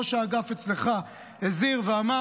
ראש האגף אצלך הזהיר ואמר,